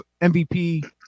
MVP